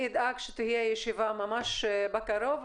אני אדאג שתהיה ישיבה ממש בקרוב,